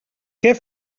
què